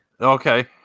Okay